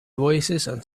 voicesand